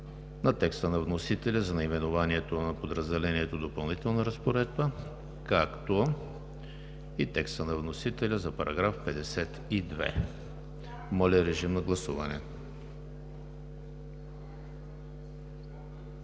на текста на вносителя за наименованието на подразделението „Допълнителна разпоредба“, както и текста на вносителя за § 52. Гласували